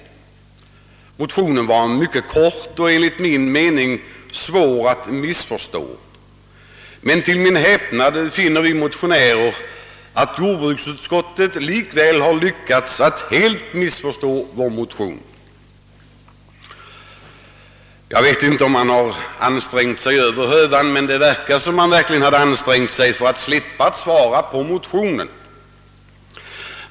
Motionen var mycket kort och enligt min mening svår att missförstå, men till vår häpnad finner vi motionärer att jordbruksut skottet likväl lyckats att helt missförstå den. Jag vet inte om man har ansträngt sig över hövan, men det verkar som om man verkligen hade ansträngt sig att slippa svara på motionen.